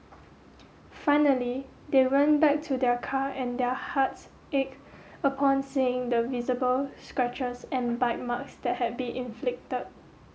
finally they went back to their car and their hearts ached upon seeing the visible scratches and bite marks that had been inflicted